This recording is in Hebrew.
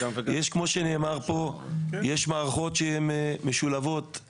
וכמו שנאמר פה, יש מערכות שהן סניטריות,